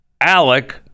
Alec